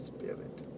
Spirit